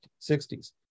60s